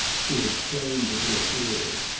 she had flamed into a fury.